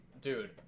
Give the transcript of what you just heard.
dude